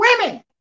women